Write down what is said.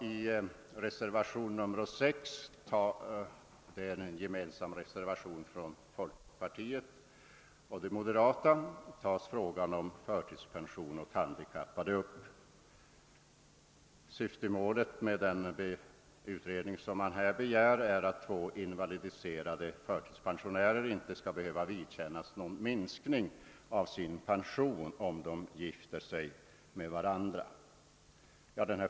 I reservationen 6, gemensam för folkpartiet och de moderata, tas frågan om förtidspension åt handikappade upp. Syftemålet med den utredning som begärs är att invalidiserade förtidspensionärer inte skall behöva vidkännas någon minskning av sin pension om de gifter sig med varandra.